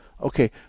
Okay